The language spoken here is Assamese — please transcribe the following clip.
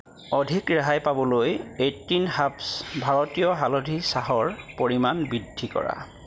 অধিক ৰেহাই পাবলৈ এইণ্টিন হাৰ্বছ ভাৰতীয় হালধি চাহৰ পৰিমাণ বৃদ্ধি কৰা